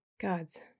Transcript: Gods